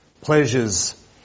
pleasures